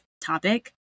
topic